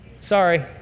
Sorry